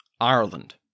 Ireland